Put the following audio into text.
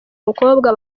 mukobwa